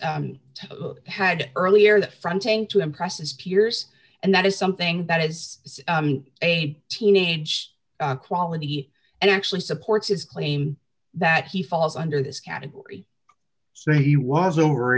was had earlier that fronting to impress his peers and that is something that is a teenage quality and actually supports his claim that he falls under this category so he was over